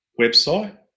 website